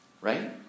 Right